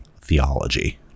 theology